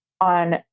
on